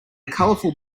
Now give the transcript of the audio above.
colorful